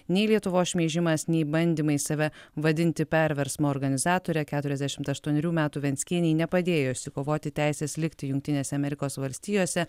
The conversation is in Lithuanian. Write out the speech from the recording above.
nei lietuvos šmeižimas nei bandymai save vadinti perversmo organizatore keturiasdešimt aštuonerių metų venckienei nepadėjo išsikovoti teisės likti jungtinėse amerikos valstijose